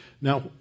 Now